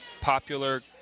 popular